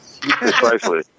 Precisely